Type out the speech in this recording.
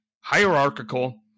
hierarchical